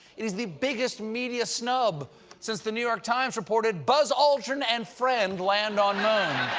it's the biggest media snub since the new york times reported buzz aldrin and friend land on moon.